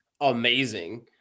amazing